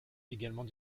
également